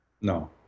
no